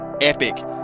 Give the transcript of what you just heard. epic